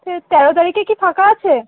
হ্যাঁ তেরো তারিখে কি ফাঁকা আছে